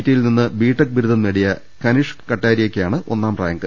ടിയിൽ നിന്ന് ബിടെക് ബിരുദം നേടിയ കനിഷക് കട്ടാരിയക്കാണ് ഒന്നാം റാങ്ക്